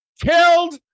killed